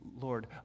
Lord